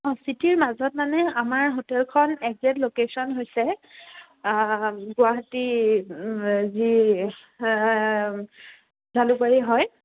অঁ চিটিৰ মাজত মানে আমাৰ হোটেলখন একজেক্ট লোকেশচন হৈছে গুৱাহাটীৰ যি জালুকবাৰী হয়